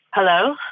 Hello